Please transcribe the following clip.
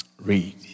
Read